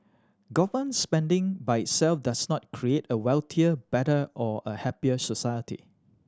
government spending by itself does not create a wealthier better or a happier society